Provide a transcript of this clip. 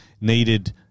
needed